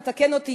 תתקן אותי,